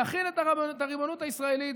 להחיל את הריבונות הישראלית.